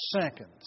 seconds